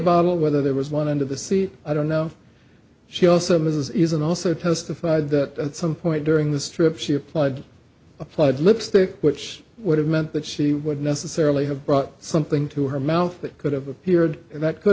about whether there was one end of the seat i don't know she also mrs isn't also testified that some point during this trip she applied a plug lipstick which would have meant that she would necessarily have brought something to her mouth that could have appeared and that could